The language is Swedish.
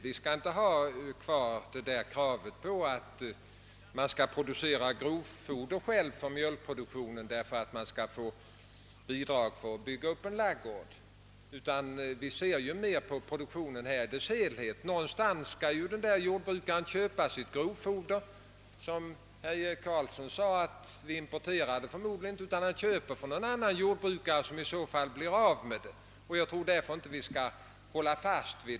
Vi skall inte ha kvar kravet på att man skall producera grovfoder själv för mjölkproduktionen för att få bidrag till att bygga upp en ladugård, utan vi ser mer på produktionen i dess helhet. Någonstans skall en jordbrukare köpa sitt grovfoder. Såsom herr Karlsson i Huddinge sade importerar jordbrukaren inte detta utan han köper det från en annan jordbrukare, som på så sätt får avsättning för det.